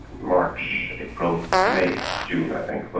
march, april, may, june i think, but